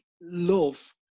love